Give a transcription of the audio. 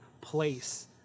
place